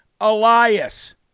Elias